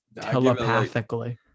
telepathically